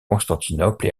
constantinople